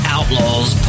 Outlaws